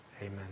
Amen